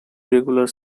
regular